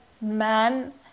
man